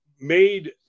made